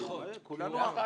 כולנו העם.